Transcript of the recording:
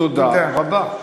תודה רבה.